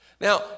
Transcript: Now